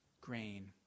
grain